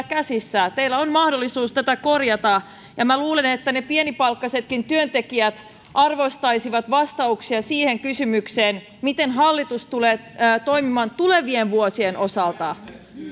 käsissä teillä on mahdollisuus tätä korjata minä luulen että ne pienipalkkaisetkin työntekijät arvostaisivat vastauksia siihen kysymykseen miten hallitus tulee toimimaan tulevien vuosien osalta